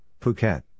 Phuket